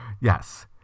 Yes